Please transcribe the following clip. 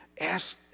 ask